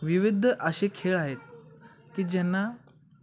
विविध असे खेळ आहेत की ज्यांना